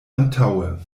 antaŭe